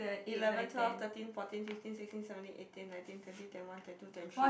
eleven twelve thirteen fourteen fifteen sixteen seventeen eighteen nineteen twenty twenty one twenty two twenty three